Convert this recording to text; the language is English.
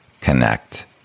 connect